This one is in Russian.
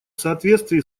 соответствии